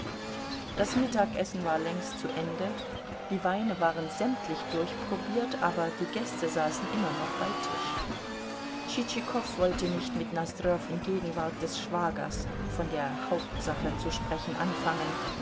das mittagessen war längst zu ende die weine waren sämtlich durchprobiert aber die gäste saßen noch immer bei tisch tschitschikow wollte nicht mit nosdrjow in gegenwart des schwagers von der hauptsache zu sprechen anfangen